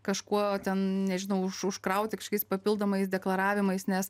kažkuo ten nežinau už užkrauti kažkokiais papildomais deklaravimais nes